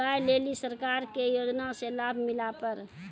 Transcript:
गाय ले ली सरकार के योजना से लाभ मिला पर?